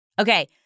Okay